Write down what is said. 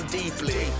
deeply